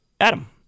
Adam